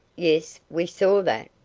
yes, we saw that.